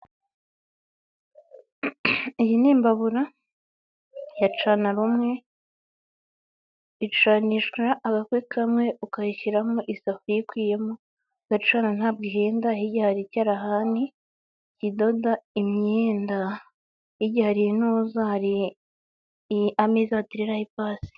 Iyi ni imbabura yacana rumwe, icanishwa agakwi kamwe ukayishyiramo isafuriya ikwiyemo ugacana ntabwo ihinnda. Hirya hari icyarahani kidoda imyenda. Hirya hari ameza batereraho ipasi.